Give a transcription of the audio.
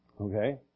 Okay